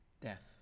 death